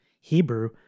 Hebrew